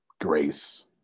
Grace